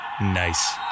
Nice